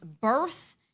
birth